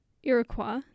Iroquois